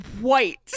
white